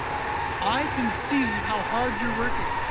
i can see how hard you're working.